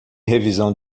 revisão